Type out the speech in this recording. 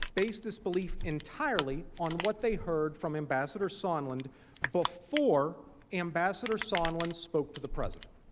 based this belief entirely on what they heard from ambassador sondland before ambassador sondland spoke to the president.